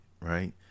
right